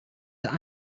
that